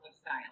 style